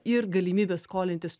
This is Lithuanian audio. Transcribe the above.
ir galimybę skolintis